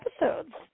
episodes